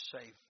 safe